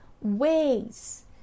ways